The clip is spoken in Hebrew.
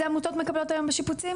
עמותות מקבלות היום תמיכה בשיפוצים?